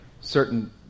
certain